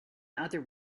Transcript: other